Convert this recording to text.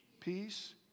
peace